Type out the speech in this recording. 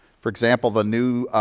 for example, the new,